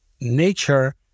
nature